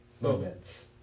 moments